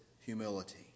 humility